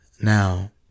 now